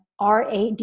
RAD